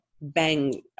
bang